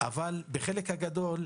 אבל בחלק הגדול,